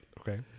Okay